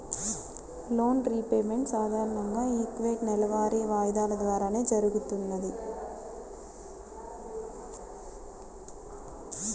loan repayment సాధారణంగా equated నెలవారీ వాయిదాల ద్వారానే జరుగుతది